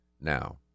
now